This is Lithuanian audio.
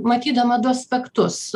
matydama du aspektus